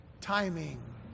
timing